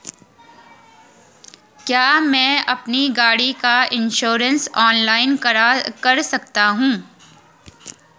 क्या मैं अपनी गाड़ी का इन्श्योरेंस ऑनलाइन कर सकता हूँ?